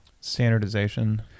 Standardization